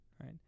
right